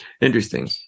Interesting